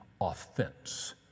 offense